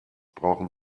brauchen